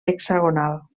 hexagonal